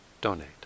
donate